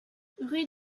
rue